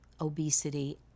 obesity